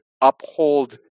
uphold